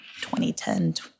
2010